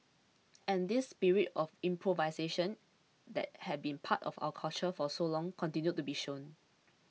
and this spirit of improvisation that had been part of our culture for so long continued to be shown